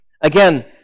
again